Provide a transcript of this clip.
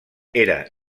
era